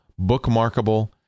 bookmarkable